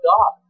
God